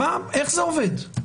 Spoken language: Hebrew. איך זה עובד?